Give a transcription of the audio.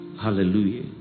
Hallelujah